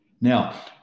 Now